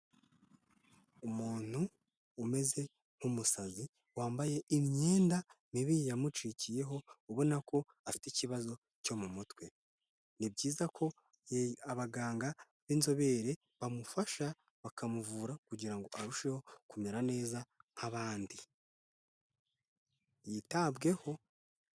Umuntu umeze nk'umusazi wambaye imyenda mibi yamucikiyeho ubona ko afite ikibazo cyo mu mutwe. Ni byiza ko abaganga b'inzobere bamufasha bakamuvura kugira ngo arusheho kumera neza nk'abandi yitabweho.